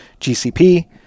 GCP